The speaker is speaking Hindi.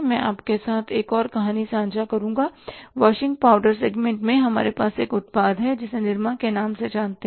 मैं आपके साथ एक और कहानी साझा करुंगा वाशिंग पाउडर सेगमेंट में हमारे पास एक उत्पाद है जिसे निरमा के नाम से जानते हैं